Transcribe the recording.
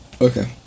Okay